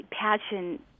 passion